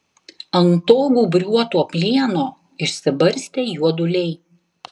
ant to gūbriuoto plieno išsibarstę juoduliai